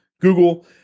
Google